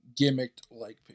gimmicked-like